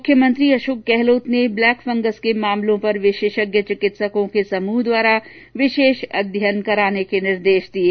मुख्यमंत्री अशोक गहलोत ने black fungus के मामलों पर विशेषज्ञ चिकित्सकों के समूह द्वारा विशेष अध्ययन कराने के निर्देश दिये